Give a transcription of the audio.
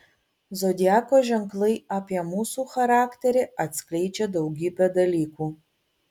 zodiako ženklai apie mūsų charakterį atskleidžią daugybę dalykų